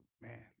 Man